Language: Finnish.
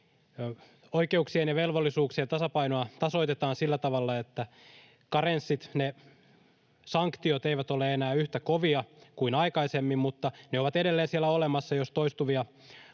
oikeuksien ja velvollisuuksien tasapainoa tasoitetaan sillä tavalla, että karenssit, ne sanktiot, eivät ole enää yhtä kovia kuin aikaisemmin, mutta ne ovat edelleen siellä olemassa. Jos toistuvia